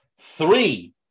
Three